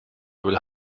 will